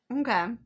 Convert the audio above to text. Okay